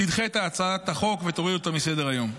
תדחה את הצעת החוק ותוריד אותה מסדר-היום.